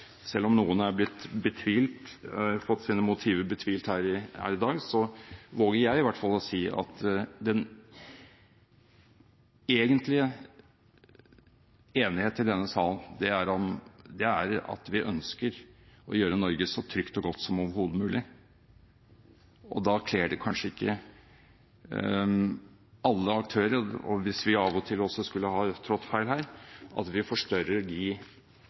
selv om noen har fått sine motiver betvilt her i dag, så våger i hvert fall jeg å si at den egentlige enighet i denne salen er at vi ønsker å gjøre Norge så trygt og godt som overhodet mulig, og da kler det kanskje ikke alle aktører – også hvis vi av og til skulle ha trådt feil her – at vi forstørrer de